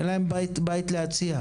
אין להם בית להציע.